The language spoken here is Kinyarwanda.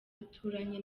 aturanye